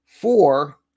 Four